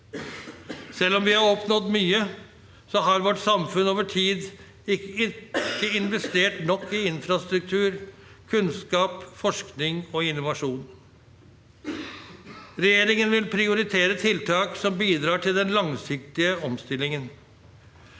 Selv om vi har oppnådd mye, har vårt samfunn over tid ikke investert nok i infrastruktur, kunnskap, forskning og innovasjon. Regjeringen vil prioritere tiltak som bidrar til den langsiktige omstillingen.